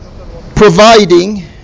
providing